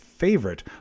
favorite